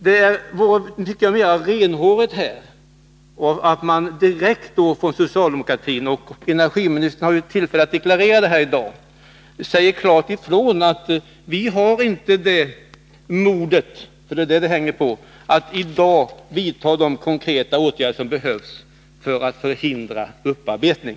Det vore mera renhårigt om socialdemokraterna — och energiministern har ju tillfälle att göra en deklaration i dag — klart sade ifrån att socialdemokraterna inte har modet, för det är det som det hänger på, att i dag vidta de konkreta åtgärder som behövs för att hindra upparbetning.